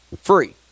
free